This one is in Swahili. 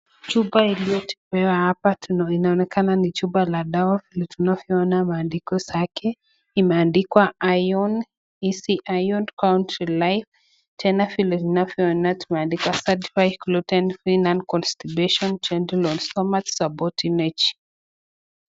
Chupa iliyotolewa hapa inaonekana ni chupa la dawa vile tunavyoona maandiko zake imeandikwa iron, easy iron count to life tena vile tunavyoona tumeandikwa certified gluten pain and constipation gentle on stomach support energy .